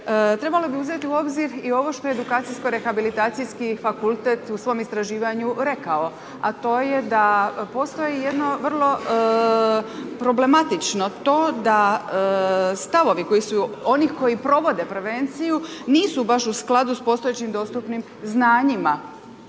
trebalo bi uzeti u obzir i ovo što Edukacijsko-rehabilitacijski fakultet u svom istraživanju rekao a to je da postoji jedno vrlo problematično to da stavovi koji su, onih koji provode prevenciju nisu baš u skladu sa postojećim dostupnim znanjima